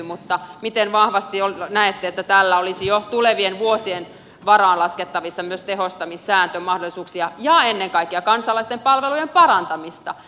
mutta miten vahvasti näette että tällä olisi jo tulevien vuosien varalle laskettavissa myös tehostamissääntömahdollisuuksia ja ennen kaikkea kansalaisten palvelujen parantamista